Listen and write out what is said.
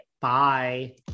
Bye